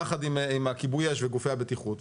יחד עם כיבוי האש וגופי הבטיחות,